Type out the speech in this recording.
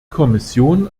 kommission